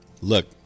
look